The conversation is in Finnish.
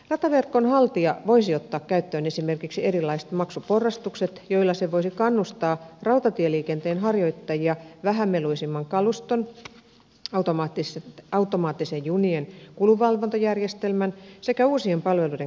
rataverkon haltija voisi ottaa käyttöön esimerkiksi erilaiset maksuporrastukset joilla se voisi kannustaa rautatieliikenteen harjoittajia vähämeluisimman kaluston automaattisen junien kulunvalvontajärjestelmän sekä uusien palveluiden käyttöön ottamiseen